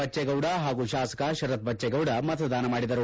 ಬಚ್ಚೇಗೌಡ ಹಾಗೂ ಶಾಸಕ ಶರತ್ ಬಚ್ಚೇಗೌಡ ಮತದಾನ ಮಾಡಿದರು